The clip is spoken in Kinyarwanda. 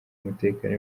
umutekano